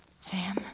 Sam